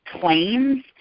claims